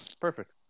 perfect